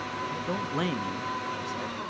i don't blame you, she said.